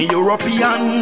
European